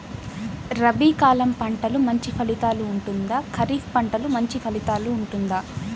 రబీ కాలం పంటలు మంచి ఫలితాలు ఉంటుందా? ఖరీఫ్ పంటలు మంచి ఫలితాలు ఉంటుందా?